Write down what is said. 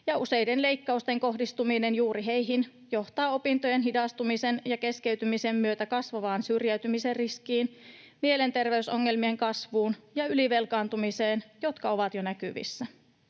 useiden leikkausten kohdistuminen juuri heihin johtaa opintojen hidastumisen ja keskeytymisen myötä kasvavaan syrjäytymisen riskiin, mielenterveysongelmien kasvuun ja ylivelkaantumiseen, jotka ovat jo näkyvissä.